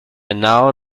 now